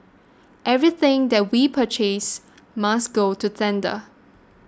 everything that we purchase must go to tender